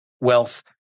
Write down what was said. wealth